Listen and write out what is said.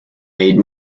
made